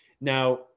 Now